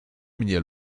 mnie